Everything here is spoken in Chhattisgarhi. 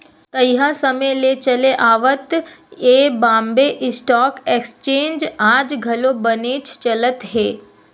तइहा समे ले चले आवत ये बॉम्बे स्टॉक एक्सचेंज आज घलो बनेच चलत हे